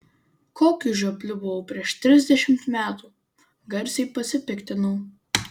kokiu žiopliu buvau prieš trisdešimt metų garsiai pasipiktinau